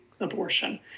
Abortion